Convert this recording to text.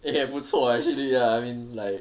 eh 不错 ah actually ya I mean like